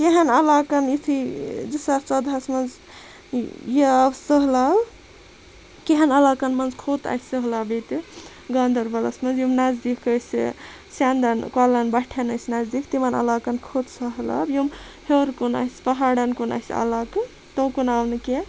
کینٛہَن عَلاقَن یُتھے زٕ ساس ژۄدہَس مَنٛز یہِ آو سٔہلاب کینٛہَن عَلاقَن مَنٛز کھوٚت اَسہِ سٔہلاب ییٚتہِ گانٛدَربَلَس مَنٛز یِم نَزدیٖک ٲسۍ سیٚنٛدَن کۄلَن بَٹھٮ۪ن ٲسۍ نَزدیٖک تِمَن عَلاقَن کھوٚت سٔہلاب یِم ہیٚور کُن ٲسۍ پَہاڑن کُن أسۍ عَلاقہٕ توکُن آو نہٕ کیٚنٛہہ